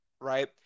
right